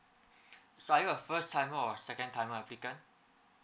so are you a first timer or a second timer applicant